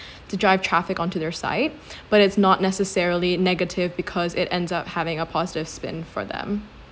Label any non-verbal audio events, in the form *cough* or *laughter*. *breath* to drive traffic onto their site *breath* but it's not necessarily negative because it ends up having a positive spin for them